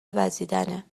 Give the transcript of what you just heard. وزیدنه